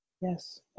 Yes